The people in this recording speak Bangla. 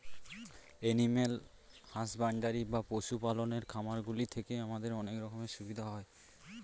এনিম্যাল হাসব্যান্ডরি বা পশু পালনের খামারগুলি থেকে আমাদের অনেক রকমের সুবিধা হয়